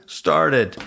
started